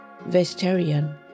Vegetarian